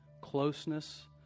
closeness